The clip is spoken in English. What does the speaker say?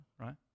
right